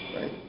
Right